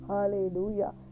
Hallelujah